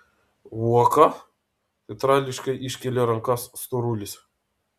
uoka teatrališkai iškėlė rankas storulis